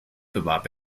bewarb